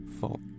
fault